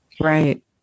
Right